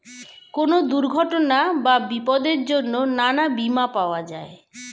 কোন দুর্ঘটনা বা বিপদের জন্যে নানা বীমা পাওয়া যায়